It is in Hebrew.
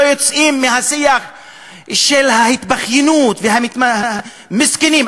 יוצאים מהשיח של ההתבכיינות והמסכנים.